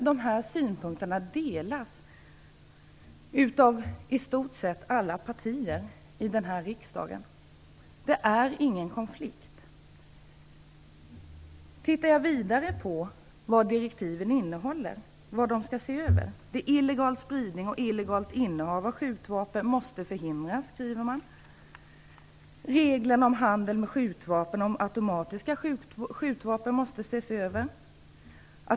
Dessa synpunkter delas av i stort sett alla partier i denna riksdag. Det är således ingen konflikt här. Tittar jag vidare på direktiven och ser till vad de innehåller och vad som skall ses över, finner jag att det är fråga om att illegal spridning och illegalt innehav av skjutvapen måste förhindras. Reglerna om handel med automatiska skjutvapen måste ses över.